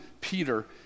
Peter